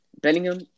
Bellingham